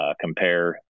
compare